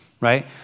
right